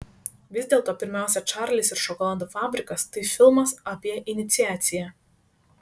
vis dėlto pirmiausia čarlis ir šokolado fabrikas tai filmas apie iniciaciją